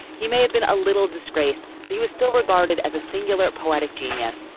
he may have been a little disgraced, but he was still regarded as a singular, poetic genius.